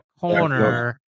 corner